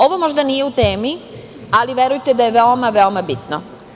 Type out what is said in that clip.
Ovo možda nije u temi, ali verujete da je veoma, veoma bitno.